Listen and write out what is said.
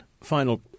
final